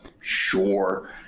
Sure